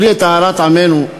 בלי טהרת עמנו,